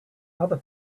other